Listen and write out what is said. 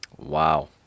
Wow